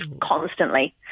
constantly